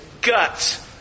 guts